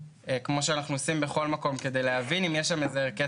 כמו שאנחנו עושים בכל מקום כדי להבין אם יש ערכי